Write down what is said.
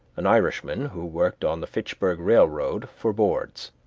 an irishman who worked on the fitchburg railroad, for boards.